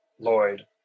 Lloyd